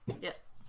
yes